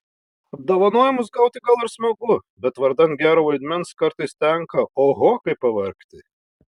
apdovanojimus gauti gal ir smagu bet vardan gero vaidmens kartais tenka oho kaip pavargti